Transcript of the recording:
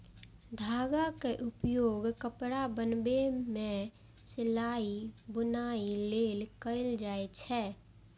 धागाक उपयोग कपड़ा बनाबै मे सिलाइ, बुनाइ लेल कैल जाए छै